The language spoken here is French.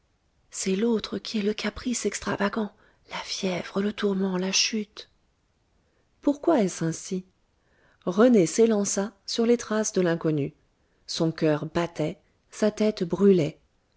c'est l'autre qui est le caprice extravagant la fièvre le tourment la chute pourquoi est-ce ainsi rené s'élança sur les traces de l'inconnue son coeur battait sa tête brûlait